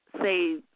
say